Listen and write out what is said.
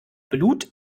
blut